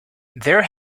there